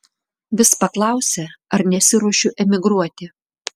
vis paklausia ar nesiruošiu emigruoti